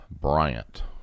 Bryant